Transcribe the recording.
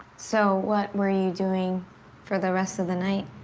so, what were you doing for the rest of the night?